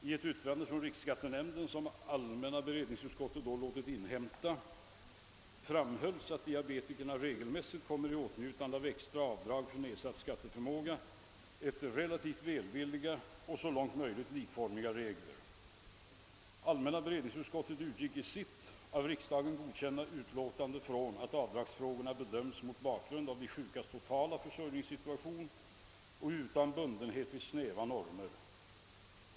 I ett yttrande från riksskattenämnden som allmänna beredningsutskottet då låtit inhämta framhölls att diabetikerna regelmässigt kommer i åtnjutande av extra avdrag för nedsatt skatteförmåga efter relativt välvilliga och så långt möjligt likformiga regler. Allmänna beredningsutskottet utgick i sitt av riksdagen godkända utlåtande nr 27 från att avdragsfrågorna bedöms mot bakgrunden av de sjukas totala försörjningssituationen och utan bundenhet vid snäva normer.